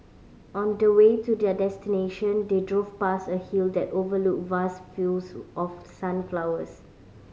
on the way to their destination they drove past a hill that overlooked vast fields of sunflowers